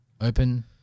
open